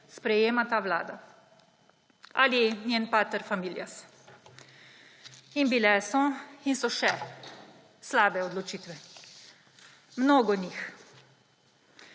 sprejema ta vlada ali njen paterfamilias. In bile so in so še slabe odločitve, mnogo njih.